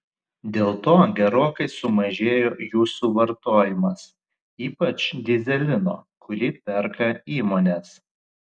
dėl to gerokai sumažėjo jų suvartojimas ypač dyzelino kurį perka įmonės